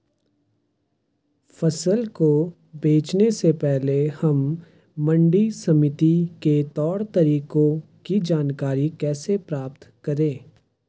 फसल को बेचने से पहले हम मंडी समिति के तौर तरीकों की जानकारी कैसे प्राप्त करें?